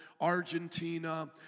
Argentina